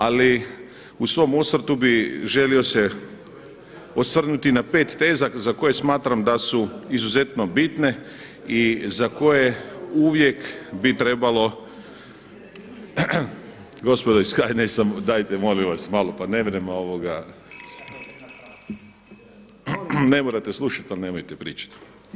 Ali u svom osvrtu bi želio se osvrnuti na 5 teza za koje smatram da su izuzetno bitne i za koje uvijek bi trebalo, gospodo iz HNS-a daje molim vas malo, pa nemrem, ne morate slušati ali nemojte pričati.